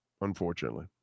unfortunately